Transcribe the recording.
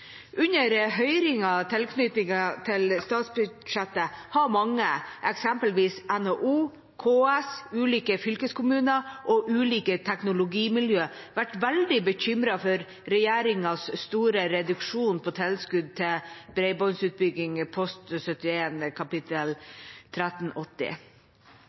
Under høringer i tilknytning til statsbudsjettet har mange, eksempelvis NHO, KS, ulike fylkeskommuner og ulike teknologimiljøer, vært veldig bekymret for regjeringens store reduksjon i tilskudd til bredbåndsutbygging – post 71, kapittel